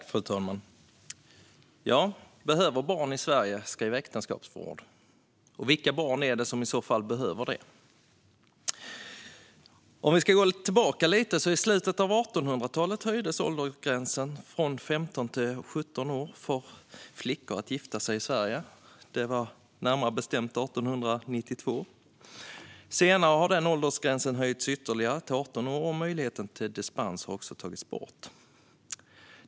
Fru talman! Behöver barn i Sverige skriva äktenskapsförord? Vilka barn är det i så fall som behöver göra det? I slutet av 1800-talet, närmare bestämt 1892, höjdes åldersgränsen, från 15 till 17 år, för flickor att gifta sig i Sverige. Senare har åldersgränsen höjts ytterligare, till 18 år, och möjligheten till dispens har tagits bort.